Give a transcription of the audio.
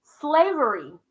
slavery